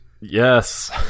Yes